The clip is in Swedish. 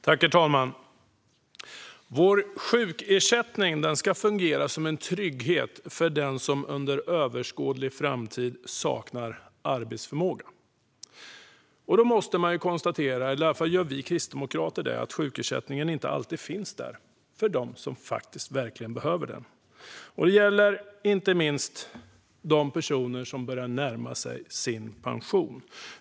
Herr talman! Vår sjukersättning ska fungera som en trygghet för den som under överskådlig framtid saknar arbetsförmåga. Då måste man ju konstatera - eller i alla fall gör vi kristdemokrater det - att sjukersättningen inte alltid finns där för dem som verkligen behöver den. Det gäller inte minst de personer som börjar närma sig sin pension.